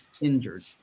injured